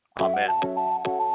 Amen